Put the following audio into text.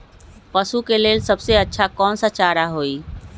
पशु के लेल सबसे अच्छा कौन सा चारा होई?